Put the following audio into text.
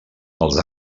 pels